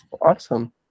awesome